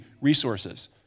resources